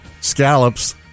scallops